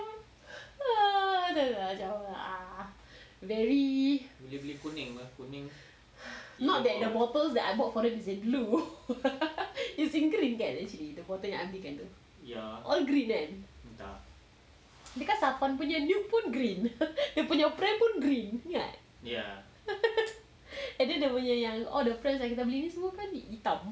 macam ah very not that the bottles that I bought have to be blue is in green kan actually the bottle yang I belikan tu all green kan because ah safwan punya milk pun green dia punya apparel pun green ingat tak and then dia punya yang all the friends yang kita beli ni semua